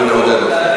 אנחנו נעודד אותך.